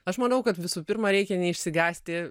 aš manau kad visų pirma reikia neišsigąsti